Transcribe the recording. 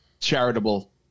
charitable